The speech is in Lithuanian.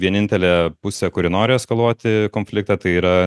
vienintelė pusė kuri nori eskaluoti konfliktą tai yra